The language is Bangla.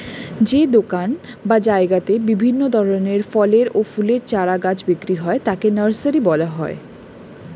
যে দোকান বা জায়গাতে বিভিন্ন ধরনের ফলের ও ফুলের চারা গাছ বিক্রি হয় তাকে নার্সারি বলা হয়